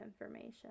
information